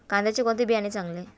कांद्याचे कोणते बियाणे चांगले?